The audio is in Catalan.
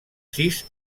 sis